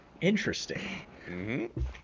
Interesting